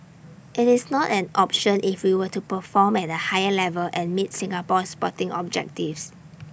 IT is not an option if we were to perform at A higher level and meet Singapore's sporting objectives